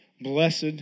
Blessed